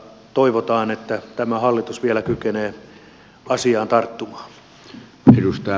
toivotaan että tämä hallitus vielä kykenee asiaan tarttumaan